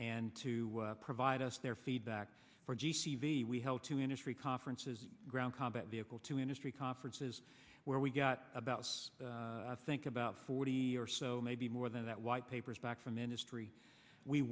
and to provide us their feedback for g c v we help to industry conferences ground combat vehicle to industry conferences where we got about as i think about forty or so maybe more than that white papers back from industry we